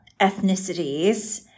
ethnicities